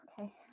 Okay